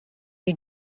you